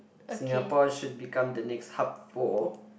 Singapore should become the next hub for